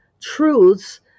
truths